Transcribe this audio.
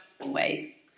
ways